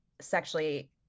sexually